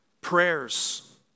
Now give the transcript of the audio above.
Prayers